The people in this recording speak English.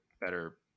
better